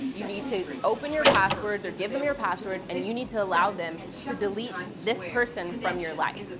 you need to open your passwords or give them your password, and you need to allow them to delete this person from your life.